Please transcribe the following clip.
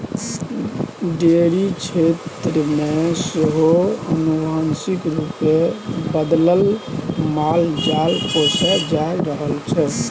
dairy क्षेत्र मे सेहो आनुवांशिक रूपे बदलल मालजाल पोसल जा रहल छै